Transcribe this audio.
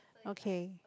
okay